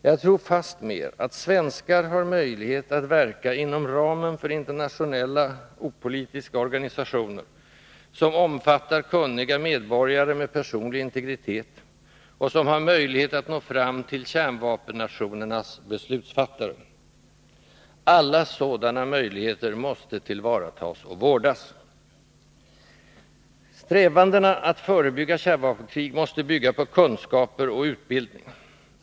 Jag tror fastmer att svenskar har möjlighet att verka inom ramen för internationella opolitiska Organisationer, som omfattar kunniga medborgare med personlig integritet, och som har möjlighet att nå fram till kärnvapennationernas beslutsfattare. Alla sådana möjligheter måste tillvaratas och vårdas. Strävandena att förebygga kärnvapenkrig måste bygga på kunskaper och utbildning.